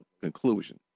conclusion